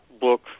book